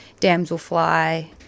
damselfly